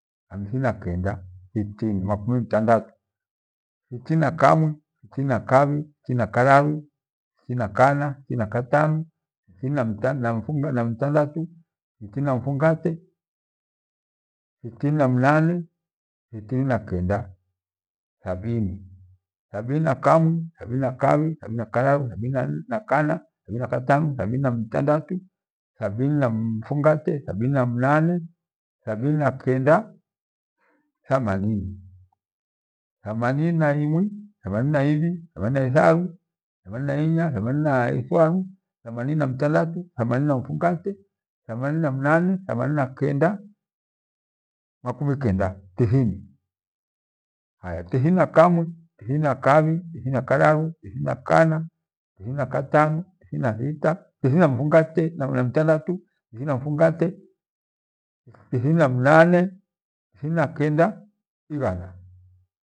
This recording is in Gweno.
Hamsini na kenda, thitini makumi mtandatu, thitini na kamwi, thitini na kabhi, thitini na kararu, thitini kana, thitini na katana, thitini na mfungate, thitini na mtandatu, thitini na mfungate, thitini na mnane, thitini na kenda, thabini, thabini na kamwi, thabini na kabhi, thabini na kararu, thabini na kana, thabini na katanu, thabini na mtundatu, thabini na mfungete, thabini na mnane, thabini na kenda, thamanini, thamanini na imwi, thamanini na ibhi, thamanini na itharu, thamanini na inya, thamanini na ithanu, thamanini na mtandatu, thamanini na mfungete, thamanini na mnane, thamanini na kenda, makumi kenda, Tithini, aya, tithini na kamwi, tithini na kabhi, tithinina kararu, tithini na kana, tithini na katanu, tithini na mtandatu, tithini na mfungate na mnane, tithini na kenda, ighana.